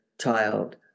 child